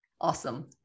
Awesome